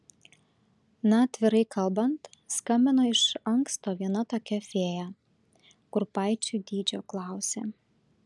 na atvirai kalbant skambino iš anksto viena tokia fėja kurpaičių dydžio klausė